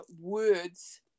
words